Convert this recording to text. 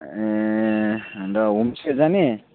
ए अन्त होमस्टे जाने